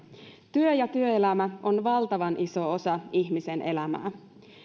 työ ja työelämä ovat valtavan iso osa ihmisen elämää